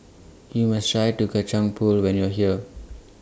YOU must Try to Kacang Pool when YOU Are here